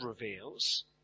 reveals